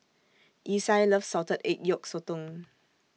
Isai loves Salted Egg Yolk Sotong